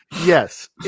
yes